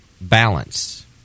balance